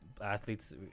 athletes